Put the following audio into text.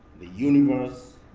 the universe,